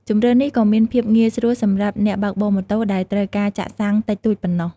ជម្រើសនេះក៏មានភាពងាយស្រួលសម្រាប់អ្នកបើកបរម៉ូតូដែលត្រូវការចាក់សាំងតិចតួចប៉ុណ្ណោះ។